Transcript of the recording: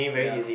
ya